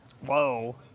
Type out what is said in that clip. Whoa